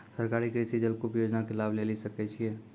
सरकारी कृषि जलकूप योजना के लाभ लेली सकै छिए?